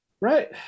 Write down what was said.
Right